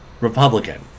Republican